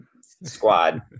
squad